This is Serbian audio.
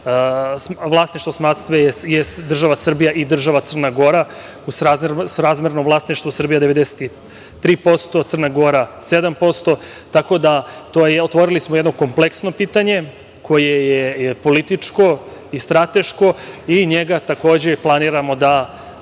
vlasništvo SMATS-e je država Srbija i država Crna Gora srazmerno vlasništvu Srbija 93%, Crna Gora 7%.Tako da otvorili smo jedno kompleksno pitanje koje je političko i strateško i njega takođe planiramo da